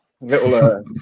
Little